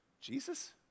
Jesus